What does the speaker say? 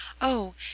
Oh